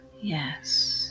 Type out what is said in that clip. Yes